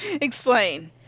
Explain